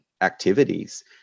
activities